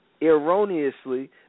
erroneously